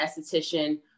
esthetician